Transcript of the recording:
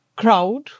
crowd